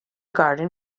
garden